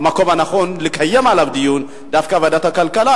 שהמקום הנכון לקיים על זה דיון הוא דווקא ועדת הכלכלה.